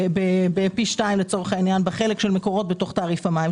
פי שתיים בחלק של מקורות בתוך תעריף המים,